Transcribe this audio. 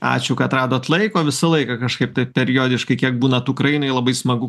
ačiū kad radot laiko visą laiką kažkaip taip periodiškai kiek būnat ukrainoj labai smagu